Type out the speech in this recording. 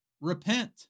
Repent